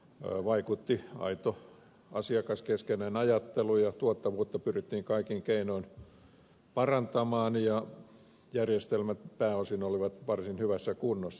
johdossa vaikutti aito asiakaskeskeinen ajattelu tuottavuutta pyrittiin kaikin keinoin parantamaan ja järjestelmät pääosin olivat varsin hyvässä kunnossa